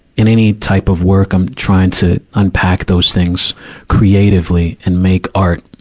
in any type of work, i'm trying to unpack those things creatively and make art.